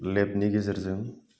लेबनि गेजेरजों